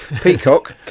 peacock